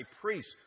priest